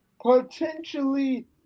potentially